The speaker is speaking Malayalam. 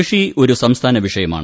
കൃഷി ഒരു സംസ്ഥാന വിഷയമാണ്